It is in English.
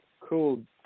cool